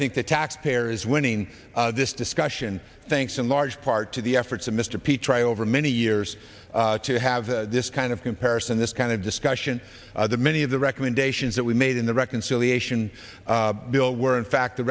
think the taxpayer is winning this discussion thanks in large part to the efforts of mr p try over many years to have this kind of comparison this kind of discussion that many of the recommendations that we made in the reconciliation bill were in fact the